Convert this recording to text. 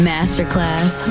Masterclass